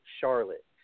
Charlotte